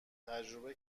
تجربه